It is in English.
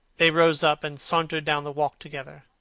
they rose up and sauntered down the walk together.